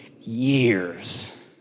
years